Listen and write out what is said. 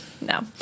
No